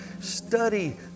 Study